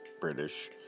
British